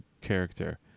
character